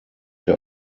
der